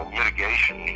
mitigation